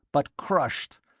but crushed.